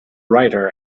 writer